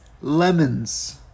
lemons